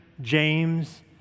James